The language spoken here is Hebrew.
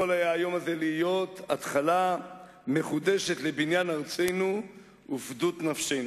יכול היה היום הזה להיות התחלה מחודשת לבניין ארצנו ולפדות נפשנו.